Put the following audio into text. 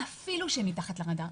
אפילו שהם מתחת לרדאר,